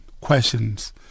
questions